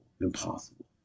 impossible